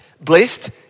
Blessed